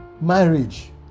marriage